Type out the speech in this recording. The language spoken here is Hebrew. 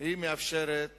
היא מאפשרת